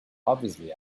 obviously